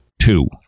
Two